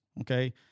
Okay